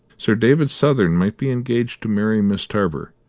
sir david southern might be engaged to marry miss tarver,